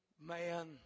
Man